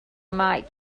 might